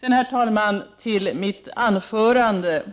Den är oerhört hård och svår att komma igenom. Så till mitt anförande.